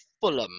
Fulham